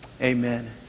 Amen